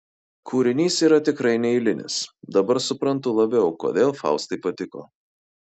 kūrinys yra tikrai neeilinis dabar suprantu labiau kodėl faustai patiko